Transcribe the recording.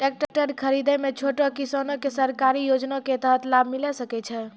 Tractor खरीदै मे छोटो किसान के सरकारी योजना के तहत लाभ मिलै सकै छै?